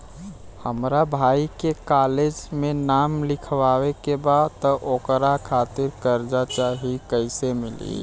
हमरा भाई के कॉलेज मे नाम लिखावे के बा त ओकरा खातिर कर्जा चाही कैसे मिली?